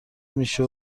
میشه